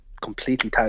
completely